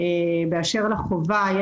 באשר לחובה,